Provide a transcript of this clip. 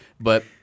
but-